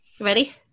ready